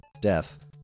death